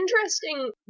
interesting